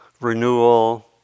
renewal